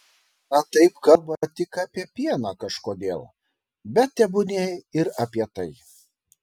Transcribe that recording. na taip kalba tik apie pieną kažkodėl bet tebūnie ir apie tai